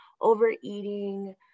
overeating